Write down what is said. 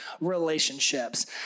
relationships